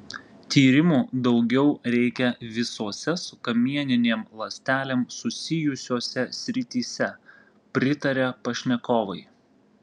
tyrimų daugiau reikia visose su kamieninėm ląstelėm susijusiose srityse pritaria pašnekovai